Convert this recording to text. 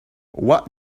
what